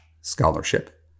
scholarship